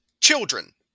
children